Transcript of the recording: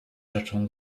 rzeczą